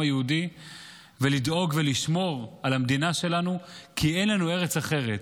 היהודי לדאוג ולשמור על המדינה שלנו כי אין לנו ארץ אחרת.